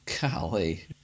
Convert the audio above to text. Golly